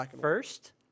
first